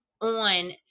on